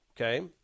Okay